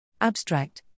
Abstract